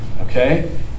Okay